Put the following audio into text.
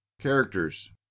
characters